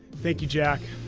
thank you, jack.